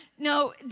No